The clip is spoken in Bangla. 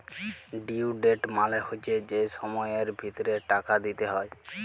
ডিউ ডেট মালে হচ্যে যে সময়ের ভিতরে টাকা দিতে হ্যয়